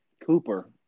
Cooper